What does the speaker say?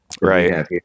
Right